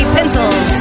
Pencils